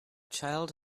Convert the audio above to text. child